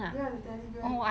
ya the teddy bear